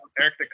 Eric